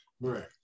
right